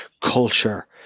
culture